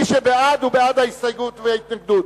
מי שבעד הוא בעד ההסתייגות וההתנגדות.